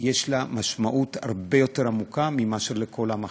יש להם משמעות הרבה יותר עמוקה מאשר לכל עם אחר,